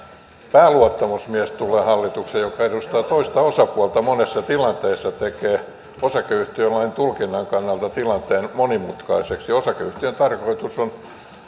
pääluottamusmies tulee hallitukseen joka edustaa toista osapuolta monessa tilanteessa tekee osakeyhtiölain tulkinnan kannalta tilanteen monimutkaiseksi osakeyhtiön tarkoitus on